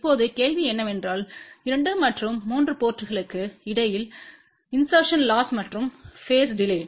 இப்போது கேள்வி என்னவென்றால் 2 மற்றும் 3 போர்ட்ங்களுக்கு இடையில் இன்செர்ட்டின் லொஸ் மற்றும் பேஸ் டிலே